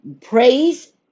Praise